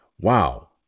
Wow